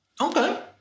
Okay